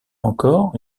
encore